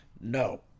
No